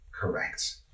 correct